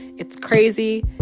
it's crazy.